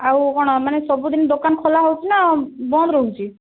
ଆଉ କ'ଣ ମାନେ ସବୁ ଦିନ ଦୋକାନ ଖୋଲା ହେଉଛି ନା ବନ୍ଦ ରହୁଛି